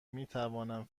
میتوانم